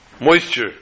moisture